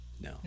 No